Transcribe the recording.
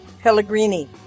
Pellegrini